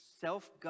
self